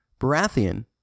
Baratheon